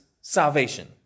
salvation